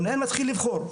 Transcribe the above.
המנהל מתחיל לבחור.